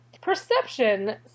Perception